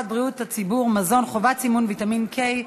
בריאות הציבור (מזון) (חובת סימון ויטמין K),